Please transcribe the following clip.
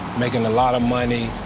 making a lot of money.